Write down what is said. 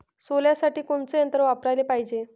सोल्यासाठी कोनचं यंत्र वापराले पायजे?